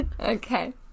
Okay